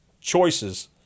choices